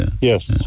Yes